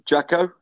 Jacko